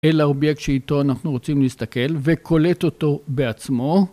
אלא אובייקט שאיתו אנחנו רוצים להסתכל וקולט אותו בעצמו.